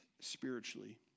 spiritually